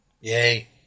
Yay